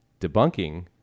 debunking